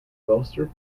bolster